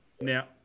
Now